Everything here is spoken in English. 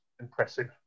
impressive